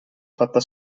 fatta